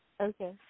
Okay